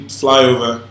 flyover